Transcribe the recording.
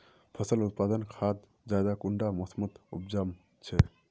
फसल उत्पादन खाद ज्यादा कुंडा मोसमोत उपजाम छै?